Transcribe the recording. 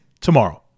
tomorrow